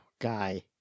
guy